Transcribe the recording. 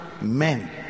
men